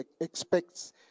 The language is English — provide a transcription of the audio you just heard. expects